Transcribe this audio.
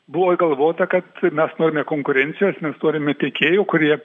buvo i galvota kad mes norime konkurencijos mes norime tiekėjų kurie